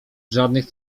żadnych